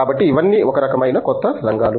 కాబట్టి ఇవన్నీ ఒకరకమైన కొత్త రంగాలు